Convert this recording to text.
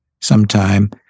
sometime